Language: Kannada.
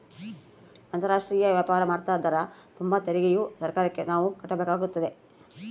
ಅಂತಾರಾಷ್ಟ್ರೀಯ ವ್ಯಾಪಾರ ಮಾಡ್ತದರ ತುಂಬ ತೆರಿಗೆಯು ಸರ್ಕಾರಕ್ಕೆ ನಾವು ಕಟ್ಟಬೇಕಾಗುತ್ತದೆ